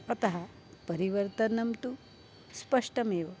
अतः परिवर्तनं तु स्पष्टमेव